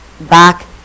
back